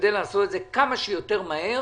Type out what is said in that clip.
נשתדל לעשות את זה כמה שיותר מהר